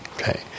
okay